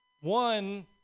One